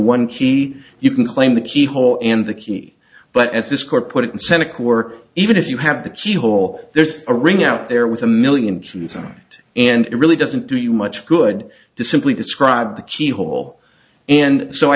one key you can claim the keyhole and the key but as this court put it in seneca work even if you have the keyhole there's a ring out there with a million consent and it really doesn't do you much good to simply describe the keyhole and so i